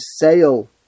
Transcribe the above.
sale